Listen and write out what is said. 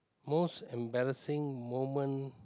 most embarrassing moment